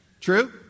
True